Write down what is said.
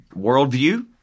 Worldview